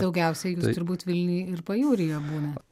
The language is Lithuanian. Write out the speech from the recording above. daugiausia jūs turbūt vilniuj ir pajūryje būnat